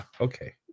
okay